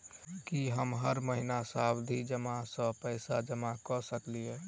की हम हर महीना सावधि जमा सँ पैसा जमा करऽ सकलिये?